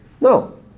No